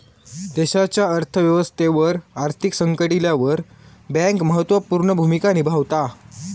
देशाच्या अर्थ व्यवस्थेवर आर्थिक संकट इल्यावर बँक महत्त्व पूर्ण भूमिका निभावता